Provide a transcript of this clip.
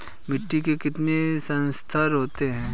मिट्टी के कितने संस्तर होते हैं?